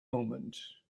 moment